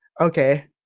Okay